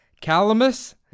calamus